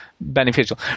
beneficial